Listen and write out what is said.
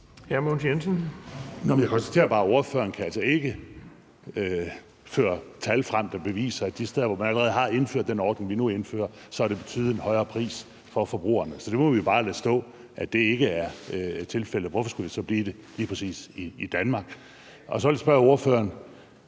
Jeg konstaterer bare: Ordføreren kan altså ikke føre tal frem, der beviser, at de steder, hvor man allerede har indført den ordning, vi nu indfører, har det betydet en højere pris for forbrugerne. Så det må vi bare lade stå ikke er tilfældet. Hvorfor skulle det så blive det lige præcis i Danmark? Så vil jeg spørge ordføreren: